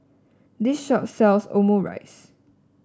this shop sells Omurice